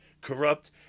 corrupt